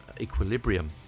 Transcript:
equilibrium